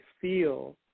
feel